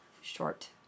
short